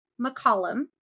McCollum